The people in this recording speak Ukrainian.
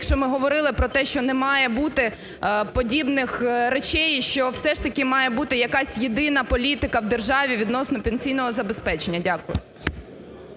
якщо ми говорили про те, що не має бути подібних речей? Що все ж таки має бути якась єдина політика в державі відносно пенсійного забезпечення. Дякую.